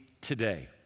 today